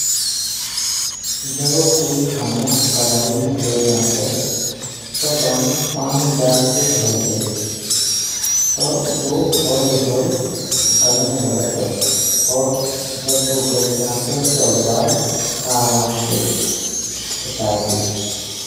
जब कोई खानों कढ़ाई में जार जातुने, तो बामे पानी डाल के ढार दयो तो बुल होल होल गलन लागतुए, और जब बुल गल जातुये, तो बाई आराम ते छुटायने लियो।